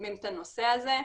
מקדמים את הנושא הזה.